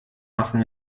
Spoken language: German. machen